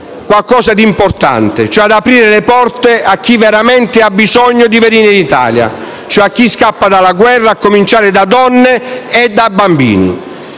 qualcosa di importante, cioè aprire le porte a chi veramente ha bisogno di venire in Italia, a chi scappa dalla guerra, a cominciare da donne e da bambini.